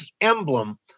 emblem